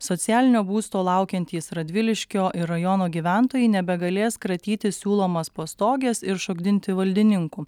socialinio būsto laukiantys radviliškio ir rajono gyventojai nebegalės kratytis siūlomos pastogės ir šokdinti valdininkų